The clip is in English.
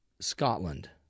Scotland